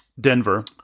Denver